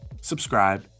subscribe